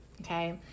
okay